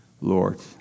Lord